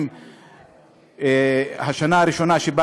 עם השנה הראשונה שבה